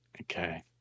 okay